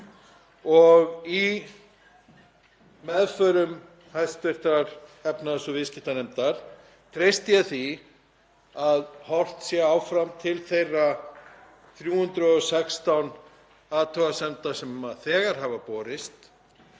Í meðförum hv. efnahags- og viðskiptanefndar treysti ég því að horft sé áfram til þeirra 316 athugasemda sem þegar hafa borist